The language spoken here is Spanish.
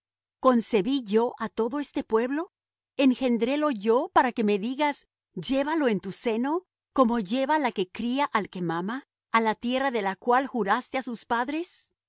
concebí yo á todo este pueblo engendrélo yo para que me digas llévalo en tu seno como lleva la que cría al que mama á la tierra de la cual juraste á sus padres